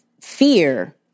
fear